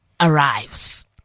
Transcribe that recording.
arrives